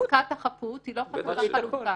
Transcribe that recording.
חזקת החפות היא לא חזקה חלוטה.